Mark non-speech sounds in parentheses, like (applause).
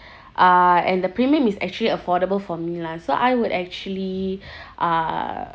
uh and the premium is actually affordable for me lah so I would actually (breath) uh